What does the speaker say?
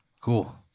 Cool